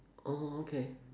oh okay